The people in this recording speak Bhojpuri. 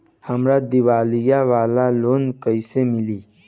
हमरा दीवाली वाला लोन कईसे मिली?